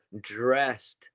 dressed